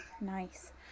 nice